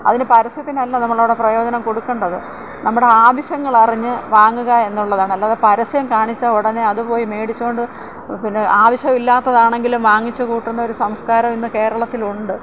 അതിന് പരസ്യത്തിനല്ല നമ്മൾ ഇവിടെ പ്രയോജനം കൊടുക്കേണ്ടത് നമ്മുടെ ആവശ്യങ്ങൾ അറിഞ്ഞ് വാങ്ങുക എന്നുള്ളതാണ് അല്ലാതെ പരസ്യം കാണിച്ചാൽ ഉടനെ അത് പോയി വേടിച്ചുകൊണ്ട് പിന്നെ ആവശ്യം ഇല്ലാത്തതാണെങ്കിലും വാങ്ങിച്ച് കൂട്ടുന്ന ഒരു സംസ്കാരം ഇന്ന് കേരളത്തിലുണ്ട്